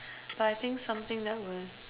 but I think something that was